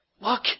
Look